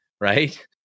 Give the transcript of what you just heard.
right